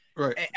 Right